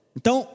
Então